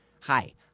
Hi